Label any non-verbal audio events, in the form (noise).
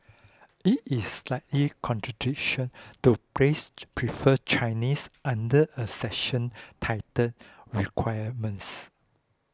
it is slightly contradiction to place (unintelligible) prefer Chinese under a section titled requirements